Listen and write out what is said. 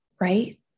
right